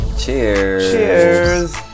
Cheers